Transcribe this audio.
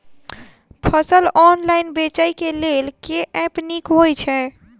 फसल ऑनलाइन बेचै केँ लेल केँ ऐप नीक होइ छै?